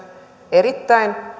erittäin